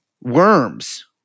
Worms